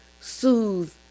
soothe